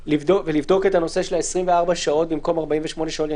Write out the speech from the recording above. ולבדוק את הנושא של ה-24 שעות במקום 48 שעות.